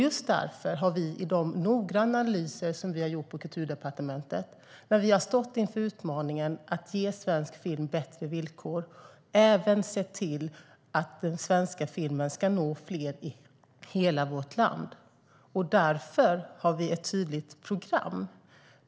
Just därför har vi i de noggranna analyser som vi gjort på Kulturdepartementet, där vi har stått inför utmaningen att ge svensk film bättre villkor, även sett till att den svenska filmen ska nå fler i hela vårt land. Därför har vi ett tydligt program.